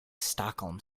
stockholm